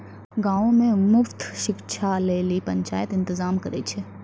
गांवो मे मुफ्त शिक्षा लेली पंचायत इंतजाम करै छै